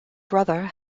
brother